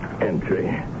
entry